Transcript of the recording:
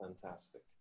fantastic